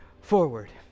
forward